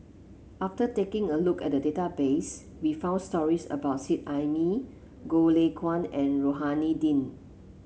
after taking a look at the database we found stories about Seet Ai Mee Goh Lay Kuan and Rohani Din